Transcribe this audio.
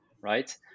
right